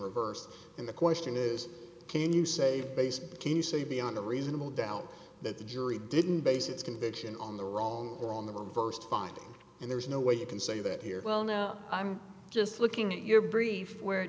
reversed and the question is can you save face but can you say beyond a reasonable doubt that the jury didn't base its conviction on the wrong or on the reversed finding and there's no way you can say that here well no i'm just looking at your brief where